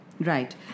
Right